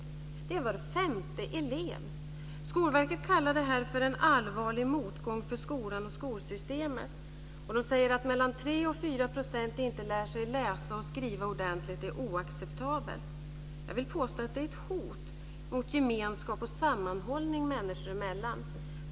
Det är var femte elev! Skolverket kallar det här för en allvarlig motgång för skolan och skolsystemet, och man säger att det faktum att mellan 3 % och 4 % inte lär sig läsa och skriva ordentligt är oacceptabelt. Jag vill påstå att det är ett hot mot gemenskap och sammanhållning människor emellan.